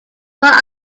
though